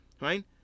right